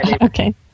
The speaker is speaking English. Okay